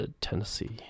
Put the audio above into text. tennessee